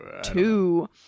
two